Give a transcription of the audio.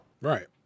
Right